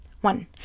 One